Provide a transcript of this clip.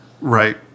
Right